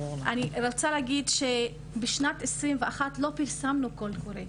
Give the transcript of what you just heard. אני רוצה להגיד שבשנת 2021 לא פרסמנו קול קורא.